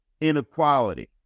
inequality